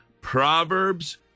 Proverbs